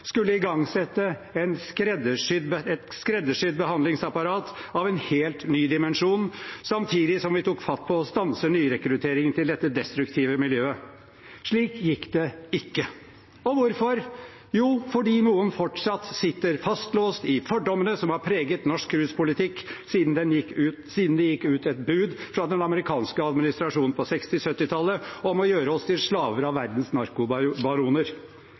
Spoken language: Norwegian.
skulle igangsette et skreddersydd behandlingsapparat av en helt ny dimensjon – samtidig som vi tok fatt på å stanse nyrekrutteringen til dette destruktive miljøet. Slik gikk det ikke. Og hvorfor? Jo, fordi noen fortsatt sitter fastlåst i fordommene som har preget norsk ruspolitikk siden det gikk ut et bud fra den amerikanske administrasjonen på 1960- og 1970-tallet om å gjøre oss til slaver av verdens